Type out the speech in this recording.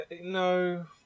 no